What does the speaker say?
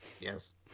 Yes